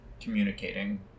communicating